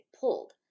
pulled